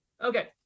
Okay